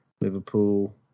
Liverpool